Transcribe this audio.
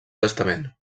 testament